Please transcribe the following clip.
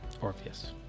Orpheus